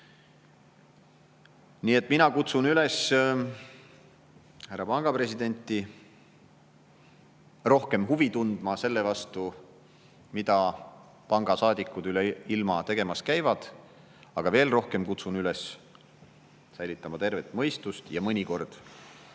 et mina kutsun üles härra panga presidenti rohkem huvi tundma selle vastu, mida pangasaadikud üle ilma tegemas käivad. Aga veel rohkem kutsun üles säilitama tervet mõistust ja mõnikord,